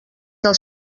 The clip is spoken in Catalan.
del